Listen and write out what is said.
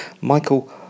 Michael